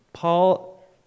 Paul